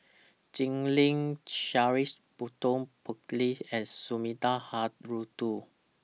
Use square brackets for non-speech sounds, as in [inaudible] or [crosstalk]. Jim Lim Charles Burton Buckley and Sumida [unintelligible]